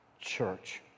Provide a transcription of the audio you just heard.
church